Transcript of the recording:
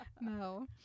No